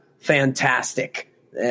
fantastic